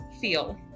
feel